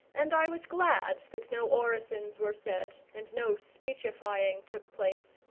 and i was glad that no orisons were said and no speechifying took place.